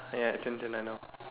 ya tintin I know of